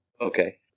Okay